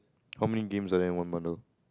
how many games are they in one bundle